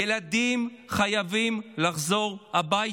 ילדים חייבים לחזור הביתה.